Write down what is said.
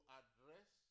address